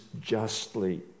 justly